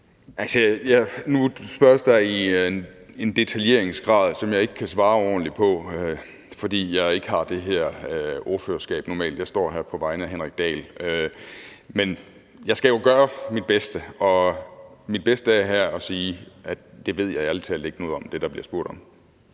Nu spørges der i en detaljeringsgrad, som jeg ikke kan svare ordentligt på, fordi jeg ikke har det her ordførerskab normalt. Jeg står her på vegne af hr. Henrik Dahl. Men jeg skal jo gøre mit bedste, og mit bedste er her at sige, at det, der bliver spurgt om,